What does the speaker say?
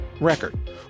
record